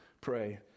pray